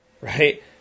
right